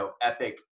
epic